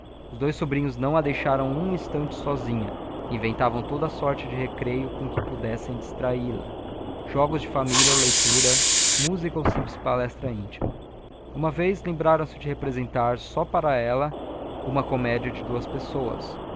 os dois sobrinhos não a deixaram um instante sozinha e inventavam toda a sorte de recreio com que pudessem distraí la jogos de família ou leitura música ou simples palestra íntima uma vez lembraram-se de representar só para ela uma comédia de duas pessoas